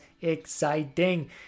exciting